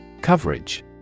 Coverage